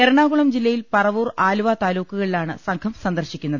എറണാകുളം ജില്ലയിൽ പറവൂർ ആലുവ താലൂക്കുകളി ലാണ് സംഘം സന്ദർശിക്കുന്നത്